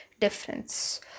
difference